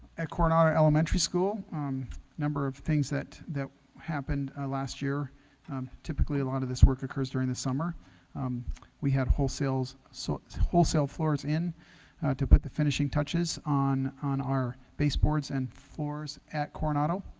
at coronado elementary school number of things that that happened last year typically a lot of this work occurs during this summer we had wholesale so so wholesale floors in to put the finishing touches on on our baseboards and floors at coronado